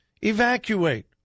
evacuate